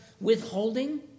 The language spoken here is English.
withholding